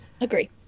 Agree